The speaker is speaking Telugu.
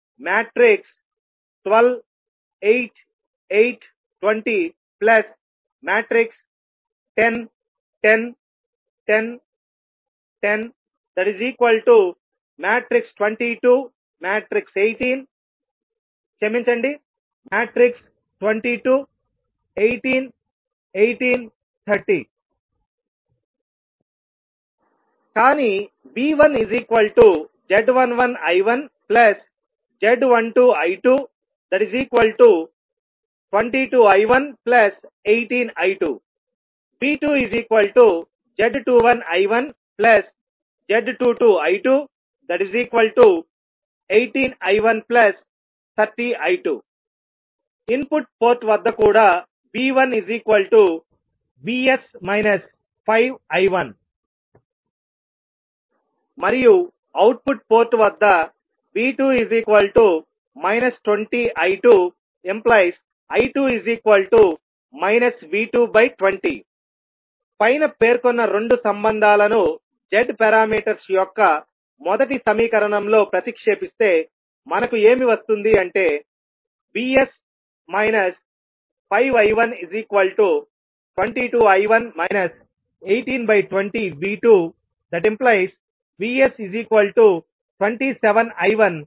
zzazb12 8 8 20 10 10 10 10 22 18 18 30 కానీ V1z11I1z12I222I118I2 V2z21I1z22I218I130I2 ఇన్పుట్ పోర్ట్ వద్ద కూడా V1VS 5I1 మరియు అవుట్పుట్ పోర్ట్ వద్ద V2 20I2I2 V220 పైన పేర్కొన్న రెండు సంబంధాలను z పారామీటర్స్ యొక్క మొదటి సమీకరణం లో ప్రతిక్షేపిస్తే మనకు ఏమి వస్తుంది అంటే VS 5I122I1 1820V2VS27I1 0